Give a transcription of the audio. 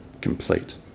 complete